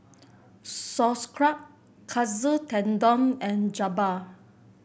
Sauerkraut Katsu Tendon and Jokbal